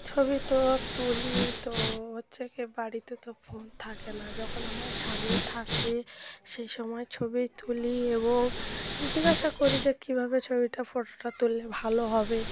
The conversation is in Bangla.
ছবি তো তুলি তো হচ্ছে কি বাড়িতে তো ফোন থাকে না যখন আমার স্বামী থাকে সেই সময় ছবি তুলি এবং জিজ্ঞাসা করি যে কীভাবে ছবিটা ফটোটা তুললে ভালো হবে